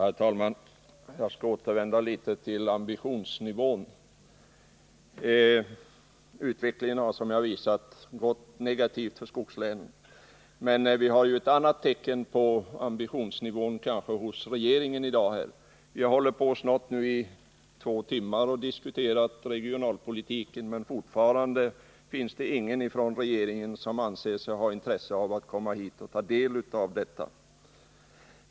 Herr talman! Jag skall återvända litet till ambitionsnivån. Utvecklingen har, som jag visat, varit negativ för skogslänen. Men det finns också ett annat tecken på regeringens ambition. Vi har hållit på i snart två timmar och diskuterat regionalpolitiken, men fortfarande har ingen av regeringens ledamöter ansett sig ha intresse av att komma hit och ta del av debatten.